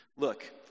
Look